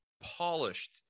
polished